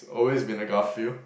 always been a Garfield